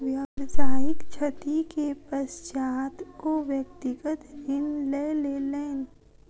व्यावसायिक क्षति के पश्चात ओ व्यक्तिगत ऋण लय लेलैन